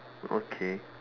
okay